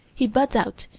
he buds out,